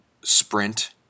sprint